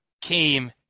came